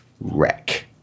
wreck